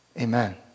Amen